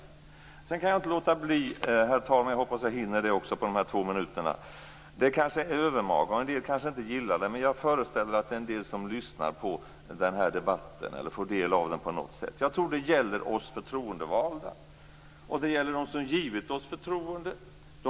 Herr talman! Jag kan inte låta bli att säga en sak. Det kanske är övermaga, och en del kanske inte gillar det. Jag föreställer mig att en del lyssnar på den här debatten eller tar del av den på annat sätt. Jag tror att detta gäller oss förtroendevalda och dem som har givit oss förtroendet.